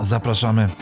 Zapraszamy